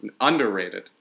Underrated